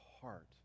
heart